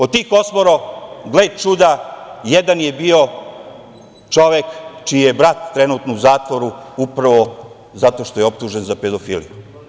Od tih 8 gle čuda, jedan je bio čovek, čiji je brat trenutno u zatvoru upravo zato što je optužen za pedofiliju.